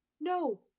No